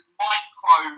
micro